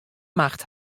macht